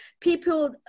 People